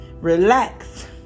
relax